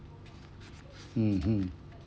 mmhmm